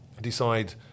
decide